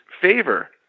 favor